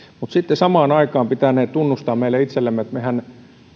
mutta sitten samaan aikaan pitänee tunnustaa meille itsellemme että mehän